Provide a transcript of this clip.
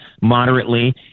moderately